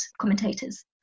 commentators